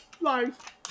life